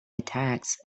attacks